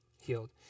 healed